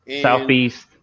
Southeast